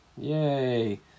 Yay